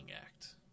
act